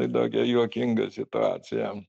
tai tokia juokinga situacija